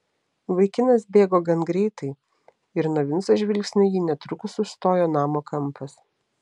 vaikinas bėgo gan greitai ir nuo vinco žvilgsnio jį netrukus užstojo namo kampas